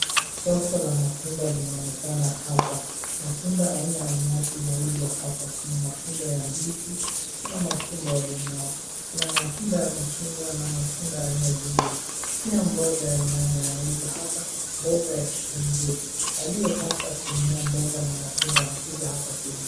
Soko la matunda linaonekana hapa. Matunda aina ainati inauzwa hapa. Kuna matunda ya ndizi, kuna matunda ya limau, kuna matunda ya machungwa na kuna matunda aina zingine. Pia mboga ya nyanya yanauzwa hapa, mboga ya kitunguu. Aliyetaka kununua mboga na matunda anakuja hapa kuuziwa.